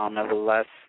Nevertheless